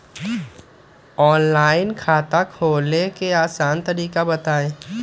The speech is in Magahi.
ऑनलाइन खाता खोले के आसान तरीका बताए?